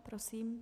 Prosím.